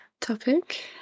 topic